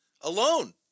alone